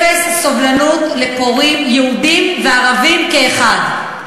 אפס סובלנות לפורעים, יהודים וערבים כאחד,